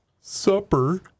supper